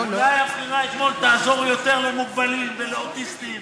אולי הבחירה אתמול תעזור יותר למוגבלים ולאוטיסטים?